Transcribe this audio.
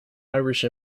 irish